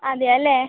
അതെ അല്ലേ